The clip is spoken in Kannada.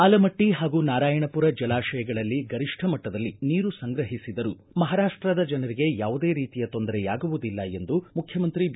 ಆಲಮಟ್ಟ ಹಾಗೂ ನಾರಾಯಣಪುರ ಜಲಾಶಯಗಳಲ್ಲಿ ಗರಿಷ್ಠ ಮಟ್ಟದಲ್ಲಿ ನೀರು ಸಂಗ್ರಹಿಸಿದರೂ ಮಹಾರಾಷ್ಟದ ಜನರಿಗೆ ಯಾವುದೇ ರೀತಿಯ ತೊಂದರೆಯಾಗುವುದಿಲ್ಲ ಎಂದು ಮುಖ್ಯಮಂತ್ರಿ ಬಿ